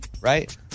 right